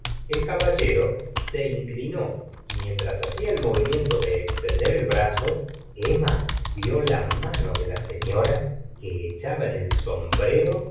el caballero se inclinó y mientras hacía el movimiento de estender el brazo emma vió la mano de la señora que echaba en el sombrero